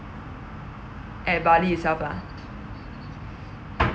at bali itself lah